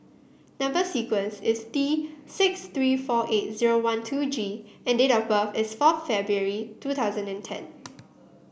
number sequence is T six three four eight zero one two G and date of birth is fourth February two thousand and ten